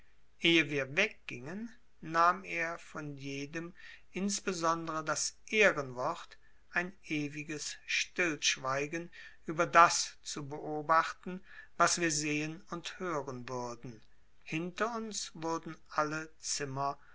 ehe wir weggingen nahm er von jedem insbesondere das ehrenwort ein ewiges stillschweigen über das zu beobachten was wir sehen und hören würden hinter uns wurden alle zimmer